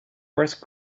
worst